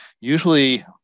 usually